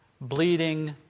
bleeding